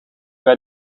bij